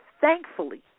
thankfully